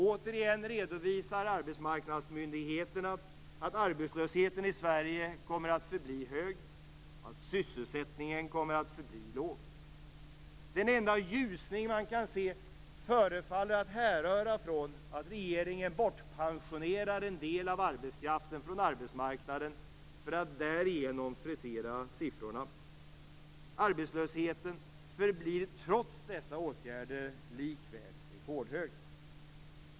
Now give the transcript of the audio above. Återigen redovisar arbetsmarknadsmyndigheterna att arbetslösheten i Sverige kommer att förbli hög och att sysselsättningen kommer att förbli låg. Den enda ljusning man kan se förefaller att härröra från att regeringen bortpensionerar en del av arbetskraften från arbetsmarknaden för att därigenom frisera siffrorna. Arbetslösheten förblir trots dessa åtgärder likväl rekordhög.